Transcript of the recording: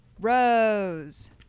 Rose